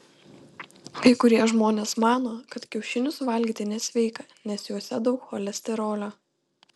kai kurie žmonės mano kad kiaušinius valgyti nesveika nes juose daug cholesterolio